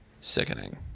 Sickening